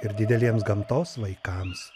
ir dideliems gamtos vaikams